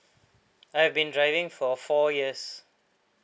I have been driving for four years